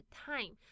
time